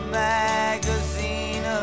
magazine